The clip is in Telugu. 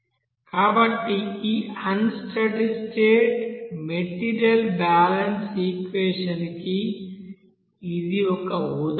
కాబట్టి ఈ unsteady state material balance equation కి ఇది ఒక ఉదాహరణ